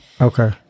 Okay